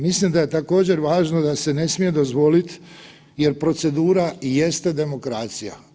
Mislim da je također važno da se ne smije dozvoliti jer procedura jeste demokracija.